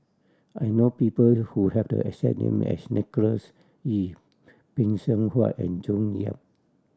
I know people who have the exact name as Nicholas Ee Phay Seng Whatt and June Yap